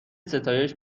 ستایش